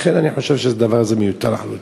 לכן אני חושב שהדבר הזה מיותר לחלוטין.